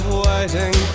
waiting